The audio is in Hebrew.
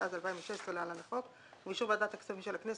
התשע"ז-2016 (להלן החוק) ובאישור ועדת הכספים של הכנסת,